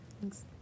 Thanks